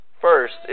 first